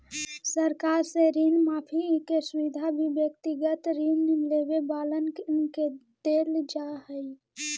सरकार से ऋण माफी के सुविधा भी व्यक्तिगत ऋण लेवे वालन के देल जा हई